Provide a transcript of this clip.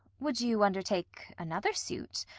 would you undertake another suit,